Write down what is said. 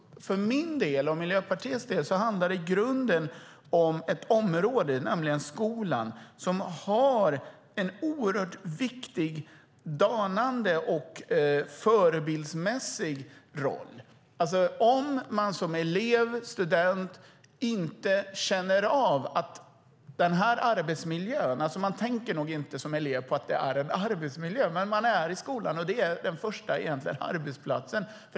För min och Miljöpartiets del handlar det i grunden om ett område, nämligen skolan, som har en oerhört viktig danande roll och en viktig roll som förebild. Skolan är den första egentliga arbetsplatsen för elever, även om de nog inte tänker på att det är en arbetsplats.